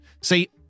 See